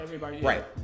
right